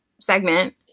segment